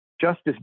Justice